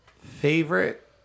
Favorite